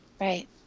right